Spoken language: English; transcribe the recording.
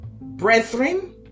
brethren